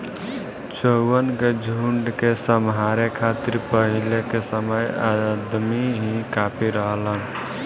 चउवन के झुंड के सम्हारे खातिर पहिले के समय अदमी ही काफी रहलन